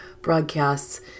broadcasts